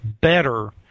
better